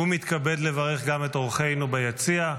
ומתכבד לברך גם את אורחינו ביציע,